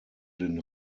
den